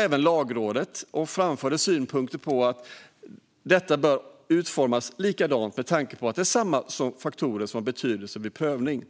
Även Lagrådet har framfört synpunkten att detta bör utformas likadant med tanke på att det är samma faktorer som har betydelse vid prövning.